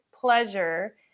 pleasure